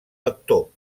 lector